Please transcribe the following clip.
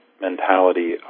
mentality